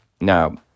Now